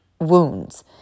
wounds